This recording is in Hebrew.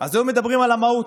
אז היו מדברים על המהות,